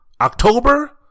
October